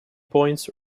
points